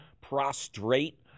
Prostrate